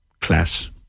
class